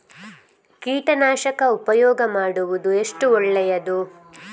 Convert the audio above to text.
ಕೀಟನಾಶಕ ಉಪಯೋಗ ಮಾಡುವುದು ಎಷ್ಟು ಒಳ್ಳೆಯದು?